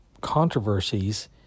controversies